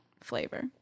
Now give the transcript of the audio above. flavor